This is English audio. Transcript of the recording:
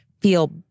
feel